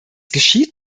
geschieht